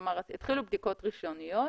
כלומר, התחילו בדיקות ראשוניות